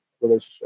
relationship